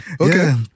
Okay